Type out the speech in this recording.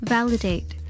Validate